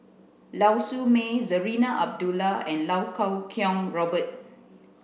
Lau Siew Mei Zarinah Abdullah and Lau Kuo Kwong Robert